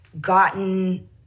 gotten